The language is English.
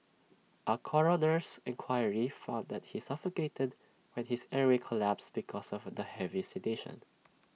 A coroner's inquiry found that he suffocated when his airway collapsed because of the heavy sedation